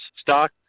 stock